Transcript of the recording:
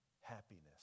happiness